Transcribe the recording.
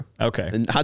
Okay